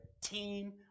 team